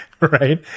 Right